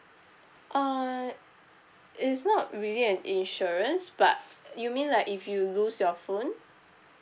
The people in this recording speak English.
uh it's not really an insurance but you mean like if you lose your phone